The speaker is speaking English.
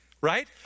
right